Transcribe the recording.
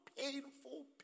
painful